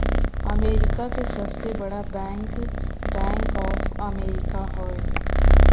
America क सबसे बड़ा बैंक बैंक ऑफ अमेरिका हौ